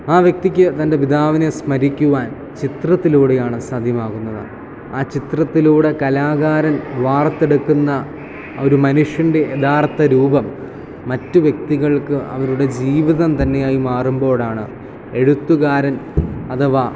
ആ വ്യക്തിയ്ക്ക് തൻ്റെ പിതാവിനെ സ്മരിക്കുവാൻ ചിത്രത്തിലൂടെയാണ് സാധ്യമാകുന്നത് ആ ചിത്രത്തിലൂടെ കലാകാരൻ വാർത്തെടുക്കുന്ന ഒരു മനുഷ്യൻ്റെ യഥാർത്ഥ രൂപം മറ്റു വ്യക്തികൾക്ക് അവരുടെ ജീവിതം തന്നെയായി മാറുമ്പോഴാണ് എഴുത്തുകാരൻ അഥവാ